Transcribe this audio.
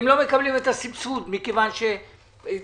הם לא מקבלים את הסבסוד מכיוון שהתחיל